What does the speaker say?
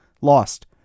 lost